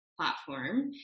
platform